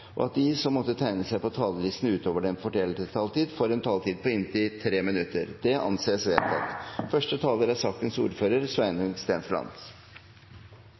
og at de som måtte tegne seg på talerlisten utover den fordelte taletid, får en taletid på inntil 3 minutter. – Det anses vedtatt. Som saksordfører er